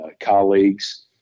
colleagues